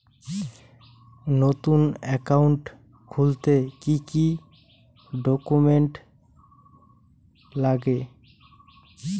নতুন একাউন্ট খুলতে কি কি ডকুমেন্ট লাগে?